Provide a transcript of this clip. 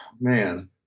man